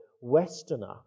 Westerner